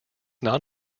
not